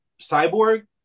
Cyborg